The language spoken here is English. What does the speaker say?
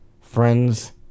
friends